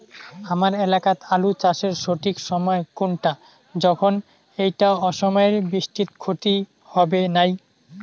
হামার এলাকাত আলু চাষের সঠিক সময় কুনটা যখন এইটা অসময়ের বৃষ্টিত ক্ষতি হবে নাই?